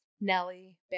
Nelly